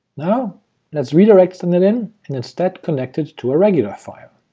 now let's redirect and it in and instead connect it to a regular file.